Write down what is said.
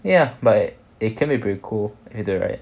ya but it can be pretty cool either right